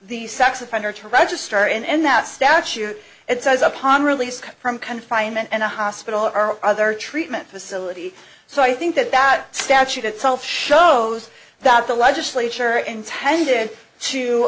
the sex offender to register and that statute it says upon release from confinement and a hospital are other treatment facility so i think that that statute itself shows that the legislature intended to